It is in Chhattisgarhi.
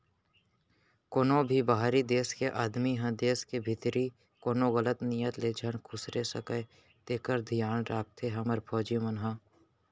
कोनों भी बाहिरी देस के आदमी ह देस के भीतरी कोनो गलत नियत ले झन खुसरे सकय तेकर धियान राखथे हमर फौजी मन ह